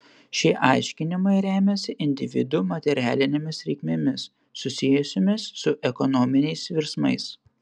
šie aiškinimai remiasi individų materialinėmis reikmėmis susijusiomis su ekonominiais virsmais